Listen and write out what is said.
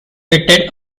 pitted